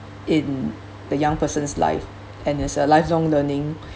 in the young person's life and is a lifelong learning